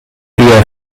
eher